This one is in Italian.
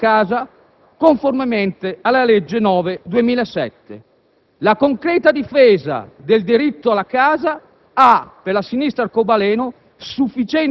in attesa dell'attuazione del programma casa, conformemente alla legge n. 9 del 2007. La concreta difesa del diritto alla casa